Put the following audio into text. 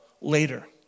later